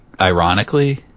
ironically